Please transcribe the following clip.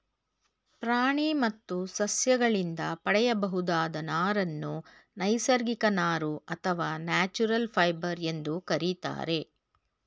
ಪ್ರಾಣಿ ಮತ್ತು ಸಸ್ಯಗಳಿಂದ ಪಡೆಯಬಹುದಾದ ನಾರನ್ನು ನೈಸರ್ಗಿಕ ನಾರು ಅಥವಾ ನ್ಯಾಚುರಲ್ ಫೈಬರ್ ಎಂದು ಕರಿತಾರೆ